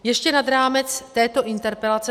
Ještě nad rámec této interpelace.